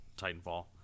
Titanfall